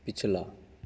पिछला